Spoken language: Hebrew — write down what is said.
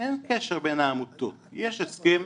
אין קשר בין העמותות, יש הסכם,